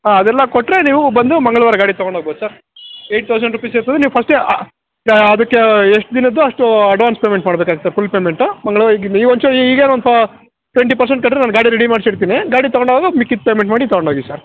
ಹಾಂ ಅದೆಲ್ಲ ಕೊಟ್ಟರೆ ನೀವು ಬಂದು ಮಂಗಳವಾರ ಗಾಡಿ ತಗೊಂಡು ಹೋಗ್ಬೋದು ಸರ್ ಏಯ್ಟ್ ಥೌಸಂಡ್ ರೂಪೀಸ್ ಇರ್ತದೆ ನೀವು ಫಸ್ಟೇ ಅದಕ್ಕೆ ಎಷ್ಟು ದಿನದ್ದು ಅಷ್ಟು ಅಡ್ವಾನ್ಸ್ ಪೇಮೆಂಟ್ ಮಾಡಬೇಕಾಗುತ್ತೆ ಫುಲ್ ಪೇಮೆಂಟು ಮಂಗಳವಾರ ಈ ಒಂಚೂರು ಈಗಲೇ ಒಂದು ಟ್ವೆಂಟಿ ಪರ್ಸೆಂಟ್ ಕಟ್ಟಿದ್ರೆ ನಾನು ಗಾಡಿ ರೆಡಿ ಮಾಡಿಸಿರ್ತೀನಿ ಗಾಡಿ ತಗೊಂಡು ಹೋಗೋವಾಗ ಮಿಕ್ಕಿದ್ದು ಪೇಮೆಂಟ್ ಮಾಡಿ ತಗೊಂಡು ಹೋಗಿ ಸರ್